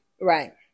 Right